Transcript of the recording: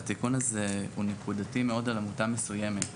התיקון הזה הוא נקודתי מאוד, על עמותה מסוימת.